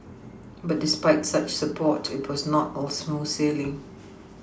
but despite such support it was not all smooth sailing